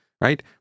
right